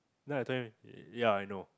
then I tell him ya I know